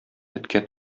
эткә